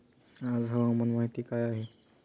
आज हवामान माहिती काय आहे?